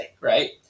right